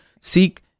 Seek